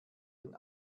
den